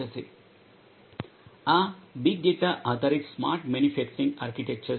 આ big data આધારિત smart manufacturing architecture છે